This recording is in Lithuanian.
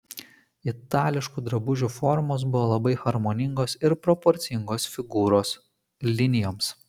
itališkų drabužių formos buvo labai harmoningos ir proporcingos figūros linijoms